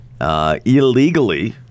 illegally